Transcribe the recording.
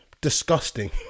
Disgusting